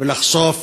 ולחשוף